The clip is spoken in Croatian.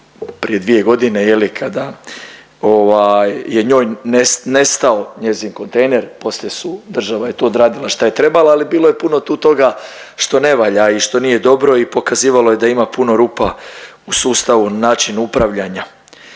prije dvije godine kada je njoj nestao njezin kontejner, poslije su država je tu odradila šta je trebala, ali je bilo puno tu toga što ne valja i što nije dobro i pokazivalo je da ima puno rupa u sustavu u načinu upravljanja.